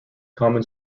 common